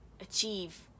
achieve